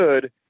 good